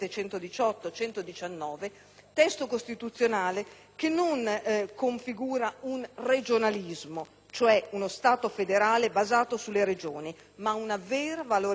e 119, che non configura un regionalismo, cioè uno Stato federale basato sulle Regioni, ma una vera valorizzazione delle autonomie locali,